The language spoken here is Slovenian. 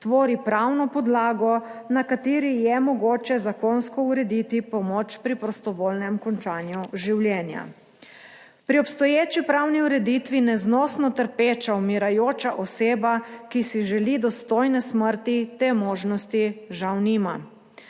tvori pravno podlago, na kateri je mogoče zakonsko urediti pomoč pri prostovoljnem končanju življenja. Pri obstoječi pravni ureditvi neznosno trpeča, umirajoča oseba, ki si želi dostojne smrti, te možnosti žal nima.